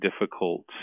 difficult